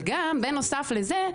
אבל בנוסף לזה,